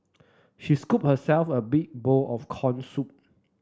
she scooped herself a big bowl of corn soup